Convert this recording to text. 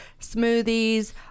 smoothies